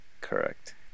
correct